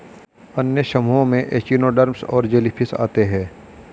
अन्य समूहों में एचिनोडर्म्स और जेलीफ़िश आते है